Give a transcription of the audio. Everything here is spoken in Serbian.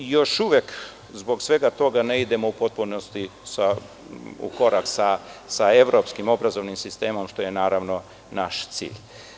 Još uvek zbog svega toga ne idemo u potpunosti u korak sa evropskim obrazovnim sistemom, što je naravno naš cilj.